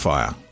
Fire